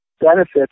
benefits